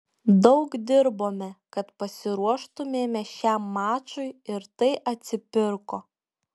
daug dirbome kad pasiruoštumėme šiam mačui ir tai atsipirko